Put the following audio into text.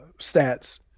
stats